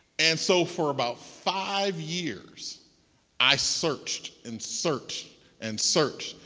and so for about five years i searched and searched and searched,